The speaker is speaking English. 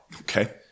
Okay